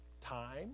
time